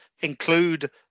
Include